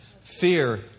Fear